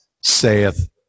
saith